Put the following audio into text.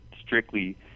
strictly